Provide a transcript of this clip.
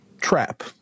trap